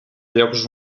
llocs